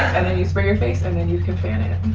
and then you spray your face and then you can fan it.